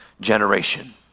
generation